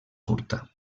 curta